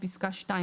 בפסקה (2),